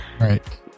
right